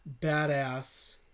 badass